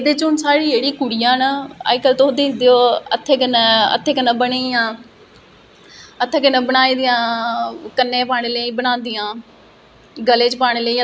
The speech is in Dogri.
तंहियै करियै जिसले लोकें गी पता लगग फिर लोक तुसेंगी आक्खङन कि हां भाई मेरा चित्र बना जां कोई आर्ट करी दे फिर उस चीज च तुस अपना फिउचर बनाओ ओहदे च